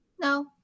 No